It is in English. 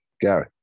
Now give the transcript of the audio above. Gary